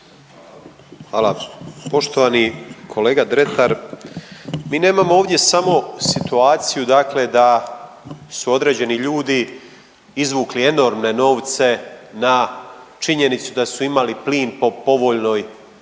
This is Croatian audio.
Hvala. Poštovani kolega Dretar, mi nemamo ovdje samo situaciju, dakle da su određeni ljudi izvukli enormne novce na činjenicu da su imali plin po povoljnoj,